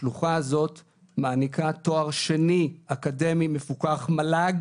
השלוחה הזאת מעניקה תואר שני אקדמי מפוקח מל"ג